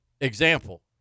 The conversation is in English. example